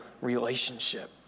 relationship